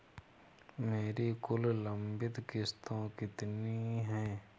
मेरी कुल लंबित किश्तों कितनी हैं?